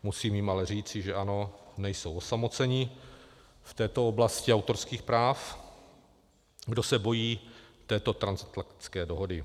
Musím jim ale říci, že ano, nejsou osamoceni v této oblasti autorských práv, kdo se bojí této transatlantické dohody.